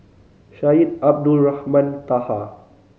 Syed Abdulrahman Taha